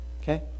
okay